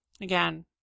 Again